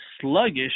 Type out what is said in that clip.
sluggish